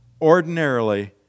Ordinarily